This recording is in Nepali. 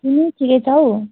तिमी ठिकै छौ